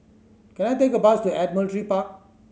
can I take a bus to Admiralty Park